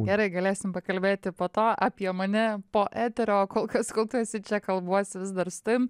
gerai galėsim pakalbėti po to apie mane po eterio o kol kas kol tu esi čia kalbuosi vis dar su tavim